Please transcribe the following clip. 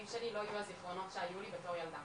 כשהבן שלי יהיה אמוד להתחיל לבנות את